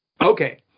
okay